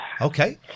Okay